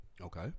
Okay